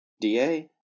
DA